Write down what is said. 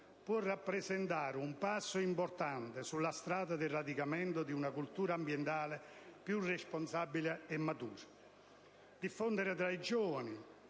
può rappresentare un passo importante sulla strada del radicamento di una cultura ambientale più responsabile e matura. Diffondere tra le giovani